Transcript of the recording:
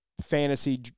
fantasy